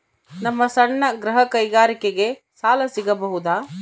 ನಮ್ಮ ಸಣ್ಣ ಗೃಹ ಕೈಗಾರಿಕೆಗೆ ಸಾಲ ಸಿಗಬಹುದಾ?